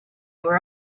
were